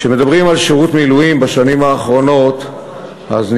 כשמדברים על שירות מילואים בשנים האחרונות נדמה